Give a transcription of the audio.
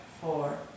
four